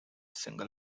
single